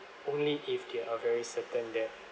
only if they are very certain that